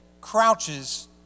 crouches